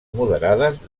moderades